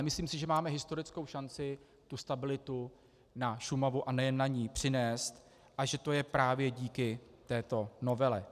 Myslím si, že máme historickou šanci stabilitu na Šumavu, a nejen na ni, přinést a že to je právě díky této novele.